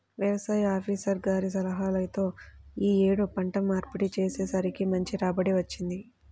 యవసాయ ఆపీసర్ గారి సలహాతో యీ యేడు పంట మార్పిడి చేసేసరికి మంచి రాబడి వచ్చింది